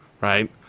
right